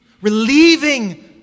relieving